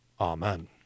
Amen